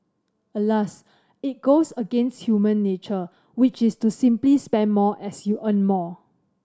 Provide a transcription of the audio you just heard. Alas it goes against human nature which is to simply spend more as you earn more